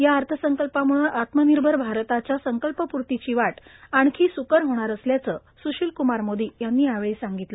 या अर्थसंकल्पाम्ळ आत्मनिर्भर भारताच्या संकल्पपूर्तीची वाट आणखी स्कर होणार असल्याचं स्शील कुमार मोधी यांनी यावेळी सांगितलं